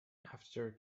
after